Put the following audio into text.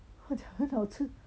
他讲很好吃